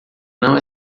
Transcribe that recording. não